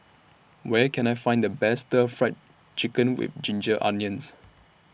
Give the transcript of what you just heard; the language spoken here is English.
Where Can I Find The Best Stir Fried Chicken with Ginger Onions